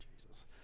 Jesus